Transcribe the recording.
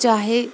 چاہے